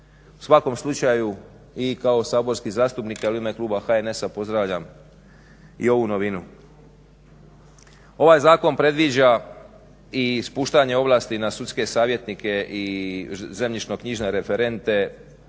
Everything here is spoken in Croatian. U svakom slučaju i kao saborski zastupnik, ali i u ime kluba HNS-a pozdravljam i ovu novinu. Ovaj zakon predviđa i spuštanje ovlasti na sudske savjetnik i zemljišno-knjižne referente